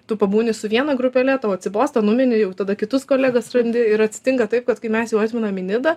tu pabūni su viena grupele tau atsibosta numini jau tada kitus kolegas randi ir atsitinka taip kad kai mes jau atminam į nidą